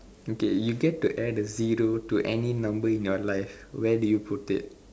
okay you get to add a zero to any number in your life where do you put it